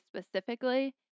specifically